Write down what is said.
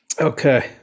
Okay